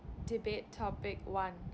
debate topic one